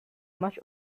much